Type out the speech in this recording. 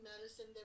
medicine